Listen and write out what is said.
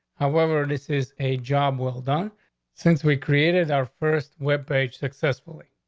however, this is a job well done since we created our first webpage successfully.